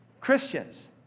Christians